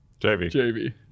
JV